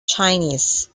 chinese